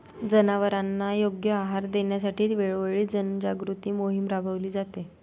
जनावरांना योग्य आहार देण्यासाठी वेळोवेळी जनजागृती मोहीम राबविली जाते